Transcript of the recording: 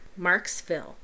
Marksville